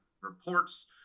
reports